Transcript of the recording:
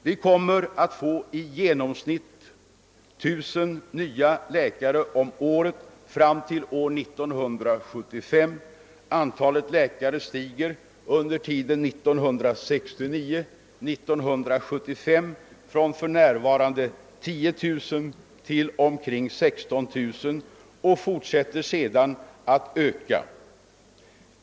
Vi kommer att få i genomsnitt 1 000 nya läkare om året fram till år 1975 — antalet läkare stiger under tiden 1969—1975 från 10000 till omkring 16 000 och fortsätter sedan att öka.